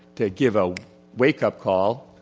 to give a wake-up call,